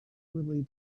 really